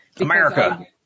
America